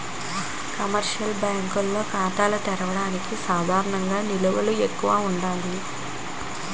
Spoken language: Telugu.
కమర్షియల్ బ్యాంకుల్లో ఖాతా తెరవడానికి సాధారణ నిల్వలు ఎక్కువగా ఉండాలి